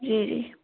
जी जी